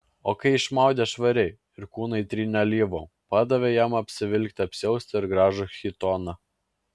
o kai išmaudė švariai ir kūną įtrynė alyvom padavė jam apsivilkti apsiaustą ir gražų chitoną